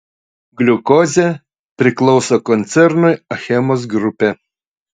gliukozė priklauso koncernui achemos grupė